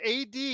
AD